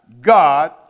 God